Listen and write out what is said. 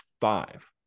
five